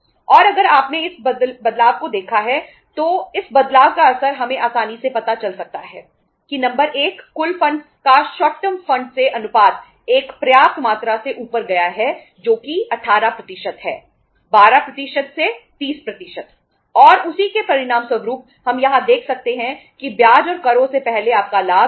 और अगर आपने इस बदलाव को देखा है तो इस बदलाव का असर हमें आसानी से पता चल सकता है कि नंबर एक कुल फंडस से अनुपात एक पर्याप्त मात्रा से ऊपर गया है जो कि 18 है 12 से 30 और उसी के परिणामस्वरूप हम यहां देख सकते हैं कि ब्याज और करों से पहले आपका लाभ 19000 है